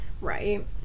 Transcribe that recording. Right